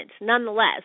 nonetheless